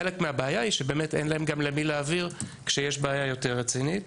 חלק מהבעיה היא שבאמת אין להם גם למי להעביר כשיש בעיה יותר רצינית,